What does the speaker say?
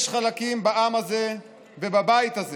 יש חלקים בעם הזה ובבית הזה